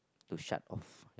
to shut off